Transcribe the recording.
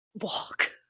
Walk